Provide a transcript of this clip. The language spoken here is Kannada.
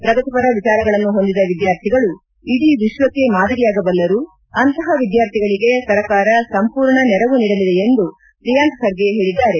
ಪ್ರಗತಿಪರ ವಿಚಾರಗಳನ್ನು ಹೊಂದಿದ ವಿದ್ಯಾರ್ಥಿಗಳು ಇಡೀ ವಿಶ್ವಕ್ಕೆ ರಾಷ್ಟಕ್ಕೆ ಮಾದರಿಯಾಗಬಲ್ಲರು ಅಂತಹ ವಿದ್ವಾರ್ಥಿಗಳಿಗೆ ಸರಕಾರ ಸಂಪೂರ್ಣ ನೆರವು ನೀಡಲಿದೆ ಎಂದು ಪ್ರಿಯಾಂಕ್ ಖರ್ಗೆ ಹೇಳಿದ್ದಾರೆ